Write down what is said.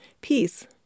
Peace